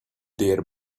their